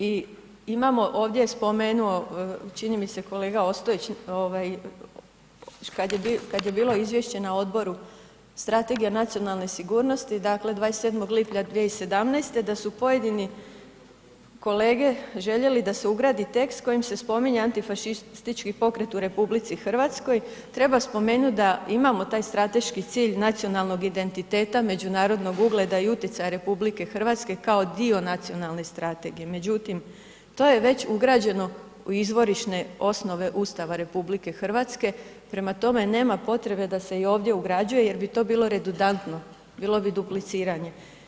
I imamo, ovdje je spomenuo čini mi se kolega Ostojić, kad je bilo izvješće na odboru Strategija nacionalne sigurnosti, dakle 27. lipnja 2017., da su pojedini kolege željeli da se ugradi tekst kojim se spominje antifašistički pokret u RH, treba spomenut da imamo daj strateški cilj nacionalnog identiteta, međunarodnog ugleda i utjecaja RH kao dio nacionalne strategije, međutim, to je već ugrađeno u izvorišne osnove Ustava RH prema tome, nema potrebe da se i ovdje ugrađuje jer bi to bilo redundantno, bilo bilo dupliciranje.